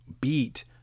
beat